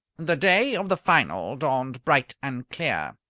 the day of the final dawned bright and clear.